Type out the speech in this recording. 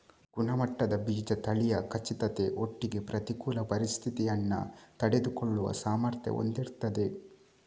ಗುಣಮಟ್ಟದ ಬೀಜ ತಳಿಯ ಖಚಿತತೆ ಒಟ್ಟಿಗೆ ಪ್ರತಿಕೂಲ ಪರಿಸ್ಥಿತಿಯನ್ನ ತಡೆದುಕೊಳ್ಳುವ ಸಾಮರ್ಥ್ಯ ಹೊಂದಿರ್ತದೆ